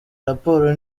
raporo